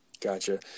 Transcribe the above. Gotcha